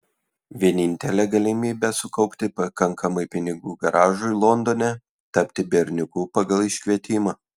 vienintelė galimybė sukaupti pakankamai pinigų garažui londone tapti berniuku pagal iškvietimą